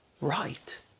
right